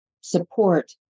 support